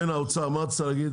כן, האוצר, מה אתה רוצה להגיד?